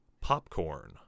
Popcorn